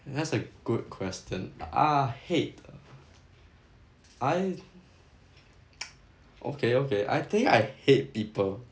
that's a good question ah hate I okay okay I think I hate people